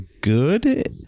good